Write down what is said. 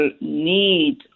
need